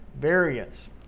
variance